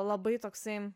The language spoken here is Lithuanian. labai toksai